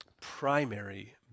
primary